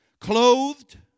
Clothed